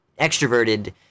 extroverted